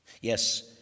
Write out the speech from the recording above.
Yes